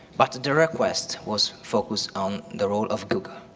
but the request was focused on the role of google.